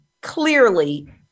clearly